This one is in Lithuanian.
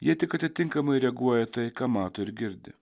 jie tik atitinkamai reaguoja į tai ką mato ir girdi